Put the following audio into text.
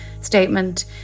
statement